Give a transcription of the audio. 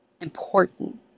important